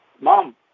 Mom